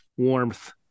warmth